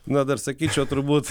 na dar sakyčiau turbūt